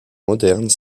modernes